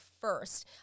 first